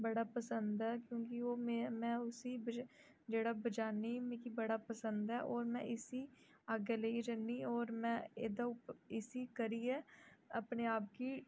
बड़ा पसंद ऐ क्योंकि ओह् में में उसी जेह्ड़ा बजानी मिगी बड़ा पसंद ऐ होर में इसी अग्गें लेइयै जन्नी होर मैं एह्दे उप इसी करियै अपने आप गी